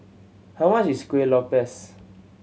how much is Kueh Lopes